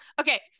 okay